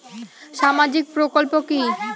সামাজিক প্রকল্প কি?